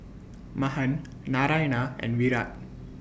Mahan Narayana and Virat